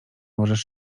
możesz